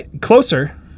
Closer